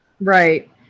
Right